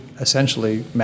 essentially